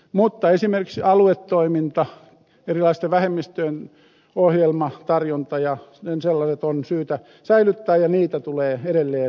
mutta esimerkiksi aluetoiminta erilaisten vähemmistöjen ohjelmatarjonta ja sen sellaiset on syytä säilyttää ja niitä tulee edelleen vahvistaa